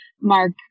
Mark